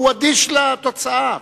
או הוא אדיש לתוצאה,